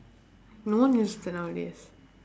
no one use that nowadays